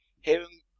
hearing